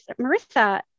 Marissa